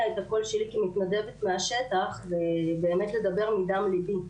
את הקול שלי כמתנדבת מהשטח ובאמת לדבר מדם ליבי.